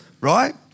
right